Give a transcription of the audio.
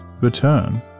return